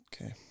Okay